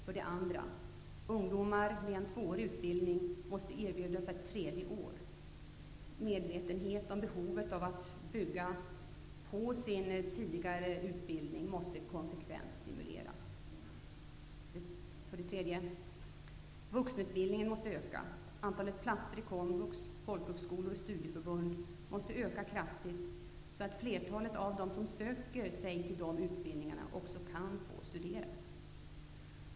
För det andra: Ungdomar med en tvåårig utbildning måste erbjudas ett tredje år. Medvetenhet om behovet av att bygga på en tidigare utbildning måste konsekvent stimuleras. För det tredje: Vuxenutbildningen måste förstärkas. Antalet platser i komvux, på folkhögskolor och i studieförbund måste öka kraftigt, så att flertalet av dem som söker sig till dessa utbildningar också kan få studera.